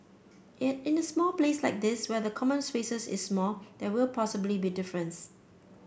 and in a small place like this where the common spaces is small there will possibly be difference